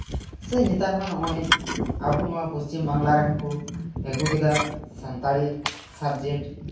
ᱥᱮ ᱱᱮᱛᱟᱨᱢᱟ ᱱᱚᱜᱼᱚᱸᱭ ᱟᱵᱚ ᱱᱚᱣᱟ ᱯᱚᱪᱷᱤᱢ ᱵᱟᱝᱞᱟ ᱨᱮᱦᱚᱸ ᱠᱚ ᱟᱹᱜᱩ ᱠᱮᱫᱟ ᱥᱟᱱᱛᱟᱲᱤ ᱥᱟᱵᱽᱡᱮᱠᱴ